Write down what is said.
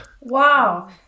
wow